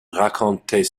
raconter